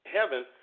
heaven